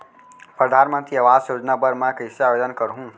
परधानमंतरी आवास योजना बर मैं कइसे आवेदन करहूँ?